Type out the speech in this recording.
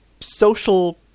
social